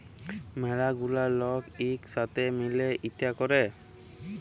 ম্যালা গুলা লক ইক সাথে মিলে ইটা ক্যরে